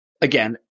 again